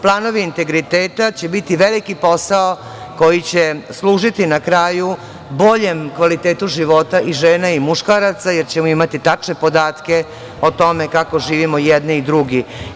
Planovi integriteta će biti veliki posao koji će služiti na kraju boljem kvalitetu života i žena i muškaraca jer ćemo imati tačne podatke o tome kako živimo i jedni i drugi.